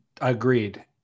Agreed